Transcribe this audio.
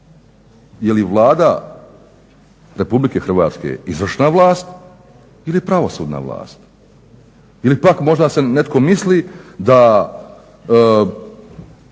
Je li Vlada Republike Hrvatske izvršna vlast ili pravosudna vlast? Ili pak možda se netko misli da